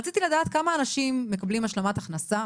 רציתי לדעת כמה אנשים מקבלים השלמת הכנסה,